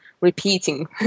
repeating